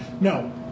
No